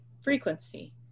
frequency